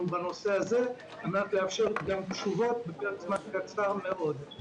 בנושא הזה כדי לאפשר תשובות בפרק זמן קצר מאוד.